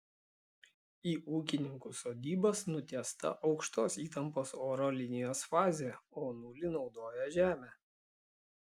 į ūkininkų sodybas nutiesta aukštos įtampos oro linijos fazė o nulį naudoja žemę